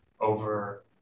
over –